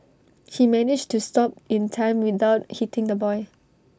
he managed to stop in time without hitting the boy